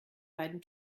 beiden